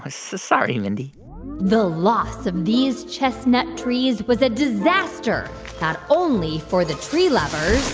ah so sorry, mindy the loss of these chestnut trees was a disaster not only for the tree lovers.